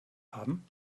haben